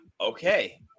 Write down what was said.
okay